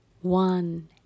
one